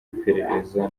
iperereza